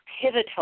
pivotal